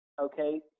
okay